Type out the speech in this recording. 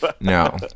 no